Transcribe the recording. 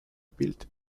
built